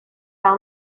par